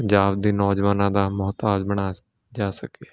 ਪੰਜਾਬ ਦੇ ਨੌਜਵਾਨਾਂ ਦਾ ਮੁਹਤਾਜ ਬਣਾ ਜਾ ਸਕੇ